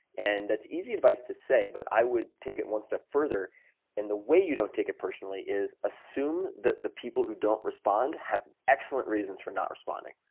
and that's easy advice to say, but i would take it one step further and the way you don't take it personally is assume that the people who don't respond have excellent reasons for not responding.